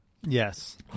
Yes